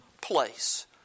place